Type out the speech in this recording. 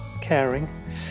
caring